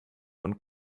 von